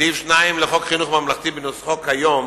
סעיף 2 לחוק חינוך ממלכתי בנוסחו כיום